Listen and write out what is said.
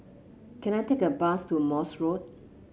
can I take a bus to Morse Road